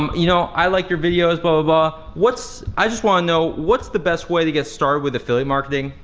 um you know i like your videos, blah ah blah blah. i just wanna know, what's the best way to get started with affiliate marketing?